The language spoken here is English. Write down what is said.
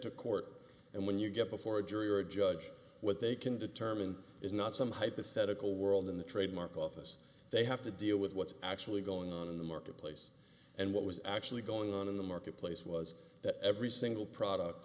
to court and when you get before a jury or judge what they can determine is not some hypothetical world in the trademark office they have to deal with what's actually going on in the marketplace and what was actually going on in the marketplace was that every single product